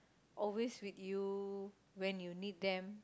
always with you when you need them